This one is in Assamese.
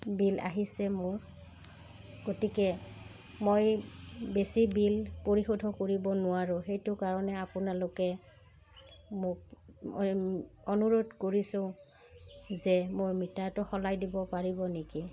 বিল আহিছে মোৰ গতিকে মই বেছি বিল পৰিশোধ কৰিব নোৱাৰোঁ সেইটো কাৰণে আপোনালোকে মোক অনুৰোধ কৰিছোঁ যে মোৰ মিটাৰটো সলাই দিব পাৰিব নেকি